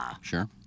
Sure